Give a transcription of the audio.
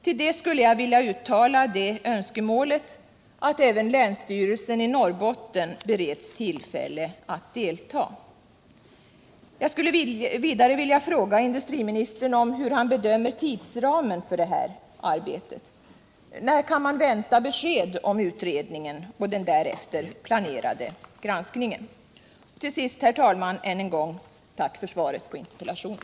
Till det skulle jag vilja uttala önskemålet att även länsstyrelsen i Norrbotten bereds tillfälle att delta. Jag skulle vidare vilja fråga industriministern hur han bedömer tidsramen för det här arbetet. När kan man vänta besked om utredningen och den därefter planerade granskningen? Till sist, herr talman, vill jag än ep gång tacka för svaret på interpellationen.